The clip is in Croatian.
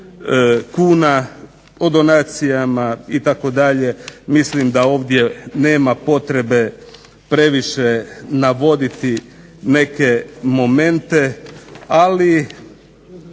kuna, o donacijama itd. Mislim da ovdje nema potrebe previše navoditi neke momente, ali